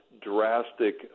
drastic